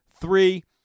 Three